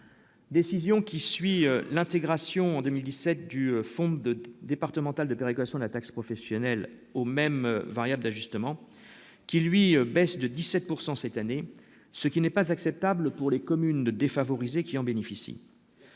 décision qui suit l'intégration en 2000 17 du fonds départemental de péréquation n'a taxe professionnelle au même variable d'ajustement qui, lui, baisse de 17 pourcent cette année, ce qui n'est pas acceptable pour les communes de défavorisées qui en bénéficient,